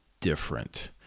different